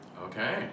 Okay